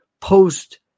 post